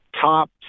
top